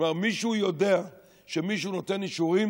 כבר מישהו יודע שמישהו נותן אישורים